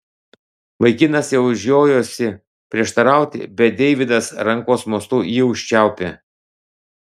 vaikinas jau žiojosi prieštarauti bet deividas rankos mostu jį užčiaupė